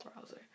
browser